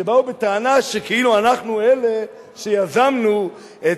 שבאו בטענה שכאילו אנחנו אלה שיזמנו את